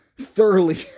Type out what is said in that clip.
thoroughly